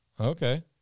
Okay